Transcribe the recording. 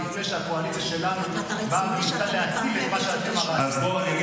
עוד לפני שהקואליציה שלנו באה וניסתה להציל את מה שאתם הרסתם.